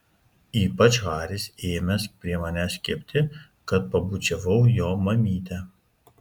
ypač haris ėmęs prie manęs kibti kad pabučiavau jo mamytę